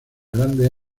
grandes